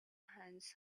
hands